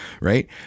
right